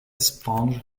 sponge